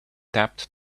taped